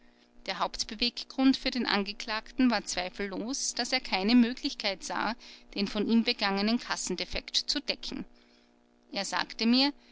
der hauptbeweggrund für den angeklagten war zweifellos daß er keine möglichkeit sah den von ihm begangenen kassendefekt zu decken er sagte mir